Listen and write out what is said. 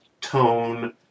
tone